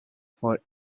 for